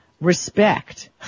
respect